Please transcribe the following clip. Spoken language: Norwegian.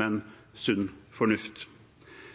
men sunn fornuft.